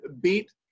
beat